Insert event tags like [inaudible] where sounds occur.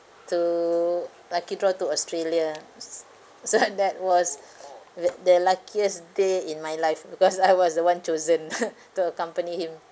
to lucky draw to australia ah s~ so I'm that was the the luckiest day in my life because I was the one chosen [coughs] to accompany him